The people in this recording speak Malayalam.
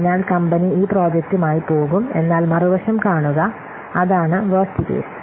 അതിനാൽ കമ്പനി ഈ പ്രോജെക്ട്മായി പോകും എന്നാൽ മറുവശം കാണുക അതാണ് വെര്സ്റ്റ് കേസ്